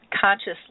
consciously